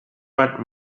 but